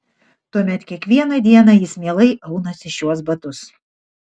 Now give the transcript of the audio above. tuomet kiekvieną dieną jis mielai aunasi šiuos batus